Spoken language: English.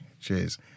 Cheers